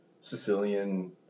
Sicilian